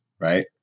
right